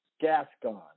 Gascon